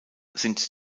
sind